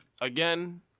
again